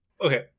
Okay